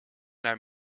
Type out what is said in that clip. naar